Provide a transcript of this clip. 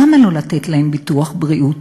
למה לא לתת להם ביטוח בריאות?